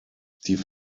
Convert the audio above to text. die